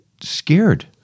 scared